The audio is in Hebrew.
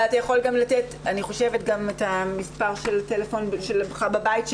אני חושבת שאתה יכול לתת את מספר הטלפון שלך בבית,